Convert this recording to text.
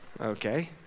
Okay